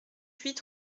huit